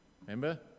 remember